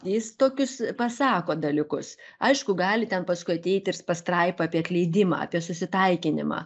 jis tokius pasako dalykus aišku gali ten paskui ateiti ir pastraipa apie atleidimą apie susitaikinimą